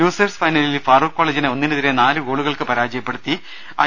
losers ഫൈനലിൽ ഫാറൂഖ് കോളെജിനെ ഒന്നിനെതിരെ നാല് ഗോളുകൾക്ക് പരാജയപ്പെടുത്തി ഐ